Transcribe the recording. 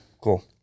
cool